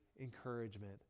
encouragement